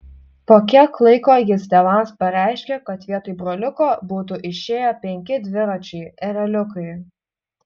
po kiek laiko jis tėvams pareiškė kad vietoj broliuko būtų išėję penki dviračiai ereliukai